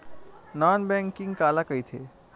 Non banking काला कइथे?